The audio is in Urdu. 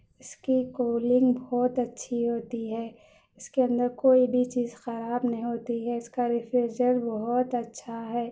اس کی کولنگ بہت اچّھی ہوتی ہے اس کے اندر کوئی بھی چیز خراب نہیں ہوتی ہے اس کا ریفریجریٹر بہت اچّھا ہے